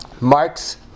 Marx